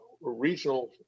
regional